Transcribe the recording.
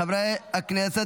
חברי הכנסת,